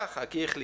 ככה, כי החליטו.